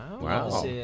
Wow